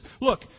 Look